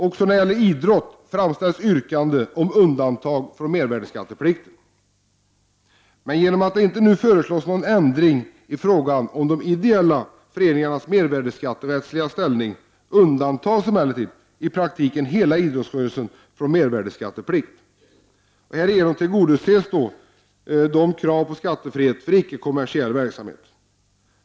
Också när det gäller idrott framställs yrkanden om undantag från mervärdeskatteplikten. Genom att det inte nu föreslås någon ändring i fråga om de ideella föreningarnas mervärdeskatterättsliga ställning undantas emellertid i praktiken hela idrottsrörelsen från mervärdeskatteplikt. Härigenom tillgodoses kraven på skattefrihet för icke-kommersiell verksamhet.